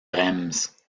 reims